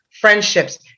friendships